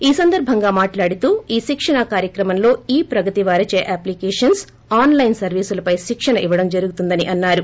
ఈ సందర్బంగా మాట్లాడుతూ ఈ శిక్షణా కార్యక్రమంలో ఈ ప్రగతి వారిచే అప్లికేషన్స్ ఆన్ లైన్ సర్వీసులుపై శిక్షణ ఇవ్వడం జరుగుతుందని అన్నారు